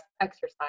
exercise